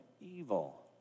evil